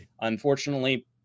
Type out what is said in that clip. Unfortunately